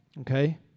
okay